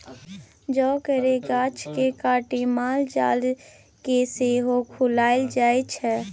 जौ केर गाछ केँ काटि माल जाल केँ सेहो खुआएल जाइ छै